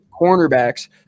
cornerbacks